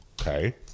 Okay